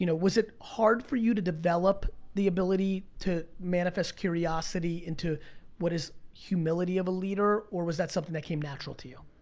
you know was it hard for you to develop the ability to manifest curiosity into what is humility of a leader? or was that something that came natural to you?